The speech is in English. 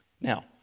Now